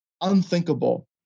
unthinkable